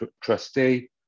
trustee